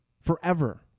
Forever